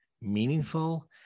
meaningful